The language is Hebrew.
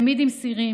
תמיד עם סירים.